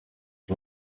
its